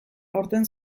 aurten